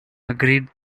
agreed